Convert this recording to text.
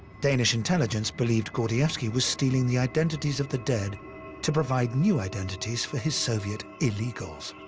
danish intelligence believed gordievsky was stealing the identities of the dead to provide new identities for his soviet illegals.